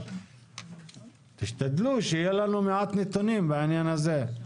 אבל תשדלו שיהיו לנו מעט נתונים בעניין הזה.